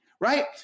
right